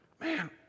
Man